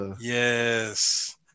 yes